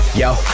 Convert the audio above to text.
yo